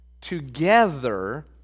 together